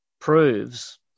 proves